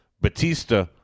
Batista